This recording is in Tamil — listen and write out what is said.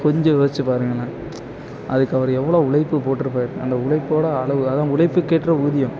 கொஞ்சம் யோசிச்சு பாருங்களேன் அதுக்கு அவர் எவ்வளோ உழைப்பு போட்டுருப்பார் அந்த உழைப்போட அளவு அதுதான் உழைப்புக்கேற்ற ஊதியம்